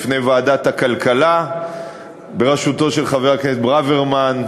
בפני ועדת הכלכלה בראשותו של חבר הכנסת ברוורמן,